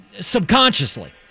subconsciously